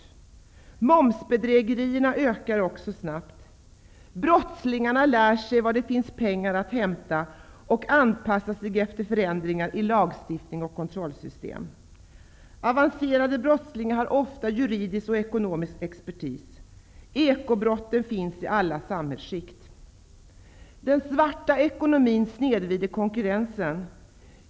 Också momsbedrägerierna ökar snabbt. Brottslingarna lär sig var det finns pengar att hämta. De anpassar sig efter förändringar i lagstiftning och kontrollsystem. Avancerade brottslingar har ofta tillgång till juridisk och ekonomisk expertis. Ekobrotten förekommer i alla samhällsskikt. Den svarta ekonomin snedvrider konkurrensen.